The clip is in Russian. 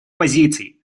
позиций